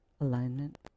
Alignment